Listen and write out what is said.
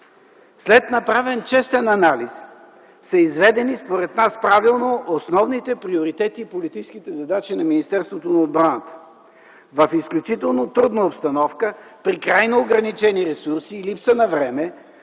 След направен честен анализ са изведени според нас правилно основните приоритети и политическите задачи на Министерството на отбраната. В изключително трудна обстановка, при крайно ограничени ресурси и липса на време